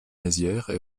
mézières